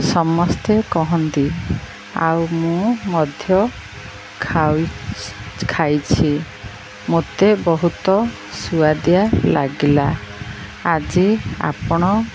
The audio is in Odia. ସମସ୍ତେ କହନ୍ତି ଆଉ ମୁଁ ମଧ୍ୟ ଖାଉ ଖାଇଛି ମୋତେ ବହୁତ ସୁଆଦିଆ ଲାଗିଲା ଆଜି ଆପଣ